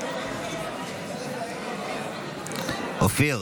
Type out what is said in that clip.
28 בעד, 43 מתנגדים.